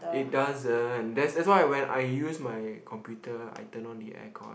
it doesn't that's that's why when I use my computer I turn on the aircon